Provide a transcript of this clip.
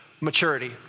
Maturity